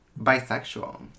bisexual